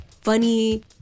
Funny